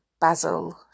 Basil